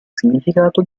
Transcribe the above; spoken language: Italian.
significato